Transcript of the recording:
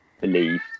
believe